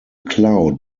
cloud